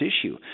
issue